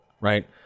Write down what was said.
right